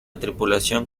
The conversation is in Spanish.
tripulación